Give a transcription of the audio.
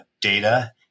data